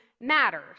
matters